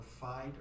fight